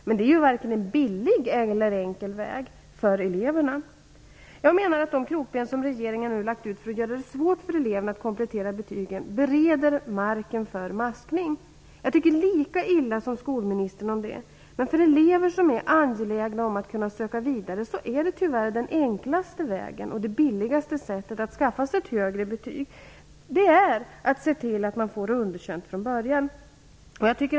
Men det är varken en billig eller enkel väg för eleverna. Jag menar att de krokben som regeringen nu har satt ut för att göra det svårt för eleverna att komplettera betygen bereder marken för maskning. Jag tycker lika illa om det som skolministern gör. Men för elever som är angelägna om att kunna söka vidare är tyvärr den enklaste vägen och det billigaste sättet att skaffa sig ett högre betyg att se till att man får underkänt från början.